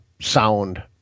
sound